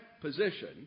position